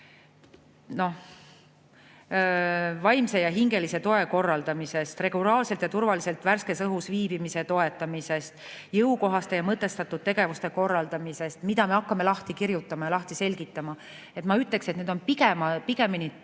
siin vaimse ja hingelise toe korraldamisest, regulaarselt ja turvaliselt värskes õhus viibimise toetamisest, jõukohaste ja mõtestatud tegevuste korraldamisest, mida me hakkame lahti kirjutama ja lahti selgitama. Ma ütleksin, et need on pigem